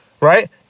right